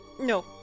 No